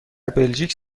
بلژیک